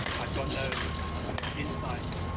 i've got no ah inside